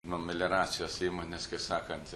nu melioracijos įmonės kaip sakant